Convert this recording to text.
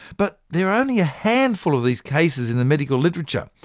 but there are only a handful of these cases in the medical literature,